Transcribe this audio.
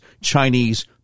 Chinese